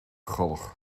galg